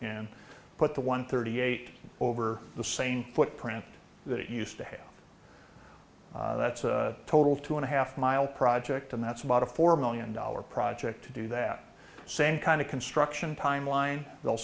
put the one thirty eight over the same footprint that it used to have that's a total two and a half mile project and that's about a four million dollar project to do that same kind of construction timeline they'll